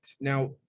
Now